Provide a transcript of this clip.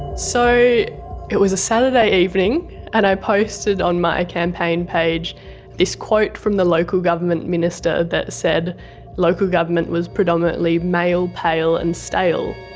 so it was a saturday evening and i posted on my campaign page this quote from the local government minister that said local government was predominantly male, pale and stale.